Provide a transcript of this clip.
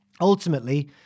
Ultimately